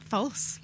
False